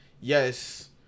yes